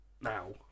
now